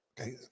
Okay